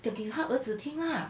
讲给她儿子听 lah